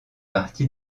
partie